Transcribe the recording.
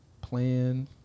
plan